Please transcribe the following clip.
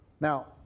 Now